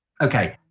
Okay